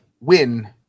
win